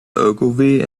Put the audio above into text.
ogilvy